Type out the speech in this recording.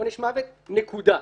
עונש מוות, נקודה,